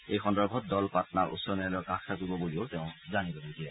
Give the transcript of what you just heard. এই সন্দৰ্ভত দল পাট্না উচ্চ ন্যায়ালয়ৰ কাষ চাপিব বুলিও তেওঁ জানিবলৈ দিয়ে